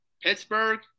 Pittsburgh